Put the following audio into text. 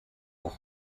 will